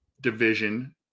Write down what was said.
division